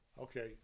Okay